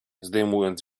zdejmując